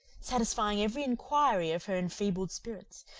satisfying every inquiry of her enfeebled spirits,